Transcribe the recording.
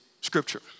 scripture